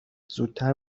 زودتر